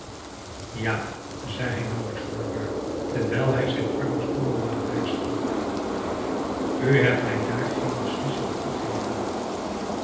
ja zei hij nauwelijks hoorbaar terwijl hij zijn armstoel naderbij schoof u hebt mij daar geen beslissing op